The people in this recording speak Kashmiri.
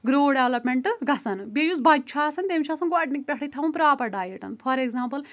گروتھ ڈیولپمینٹ گَژَھان بیٚیہِ یُس بَچہٕ چھ آسان تٔمِس چھُ آسان گۄڈنِکۍ پٮ۪ٹھے تھاوُن پرٛاپَر ڈایٹ فار ایگزامپل